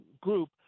group